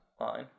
line